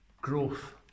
growth